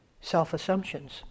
self-assumptions